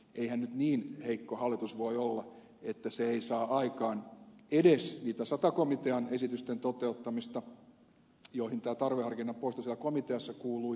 eihän nyt niin heikko hallitus voi olla että se ei saa aikaan edes niitä sata komitean esitysten toteuttamisia joihin tämä tarveharkinnan poisto siellä komiteassa kuului